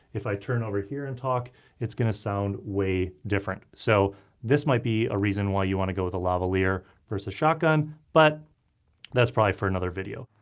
if i turn over here and talk it's gonna sound way different. so this might be a reason why you want to go with a lavalier versus shotgun but that's probably for another video.